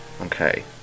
Okay